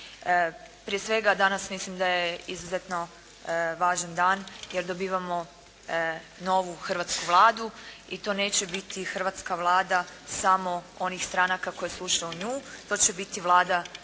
Prije svega danas mislim da je izuzetno važan dan, jer dobivamo novu hrvatsku Vladu i to neće biti hrvatska Vlada samo onih stranaka koje su ušle u nju, to će biti Vlada